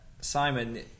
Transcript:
Simon